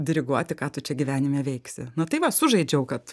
diriguoti ką tu čia gyvenime veiksi nu tai va sužaidžiau kad